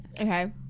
okay